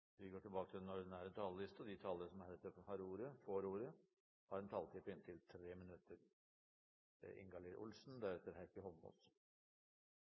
De talere som heretter får ordet, har en taletid på inntil 3 minutter.